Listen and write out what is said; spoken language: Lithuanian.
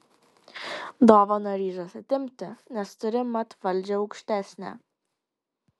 dovaną ryžos atimti nes turi mat valdžią aukštesnę